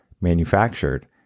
manufactured